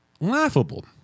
laughable